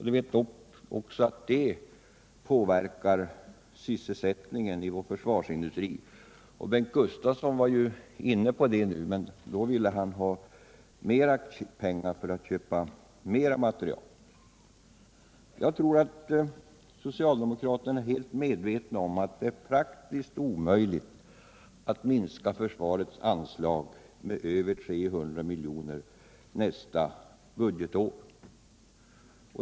De vet också att det påverkar sysselsättningen i vår försvarsindustri. Bengt Gustavsson var inne på det, men han ville ha mera pengar för att köpa mer materiel. Jag tror att socialdemokraterna är medvetna om att det är praktiskt omöjligt att minska försvarets anslag med över 300 miljoner nästa budgetår.